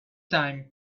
time